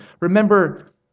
Remember